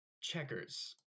checkers